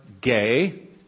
gay